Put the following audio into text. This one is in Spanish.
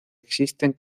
existen